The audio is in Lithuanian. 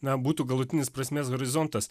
na būtų galutinis prasmės horizontas